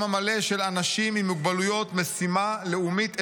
המלא של אנשים עם מוגבלויות משימה לאומית עליונה.